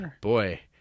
boy